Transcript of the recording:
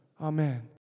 Amen